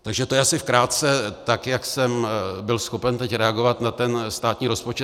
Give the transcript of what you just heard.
Takže to je asi krátce tak, jak jsem byl schopen reagovat na ten státní rozpočet.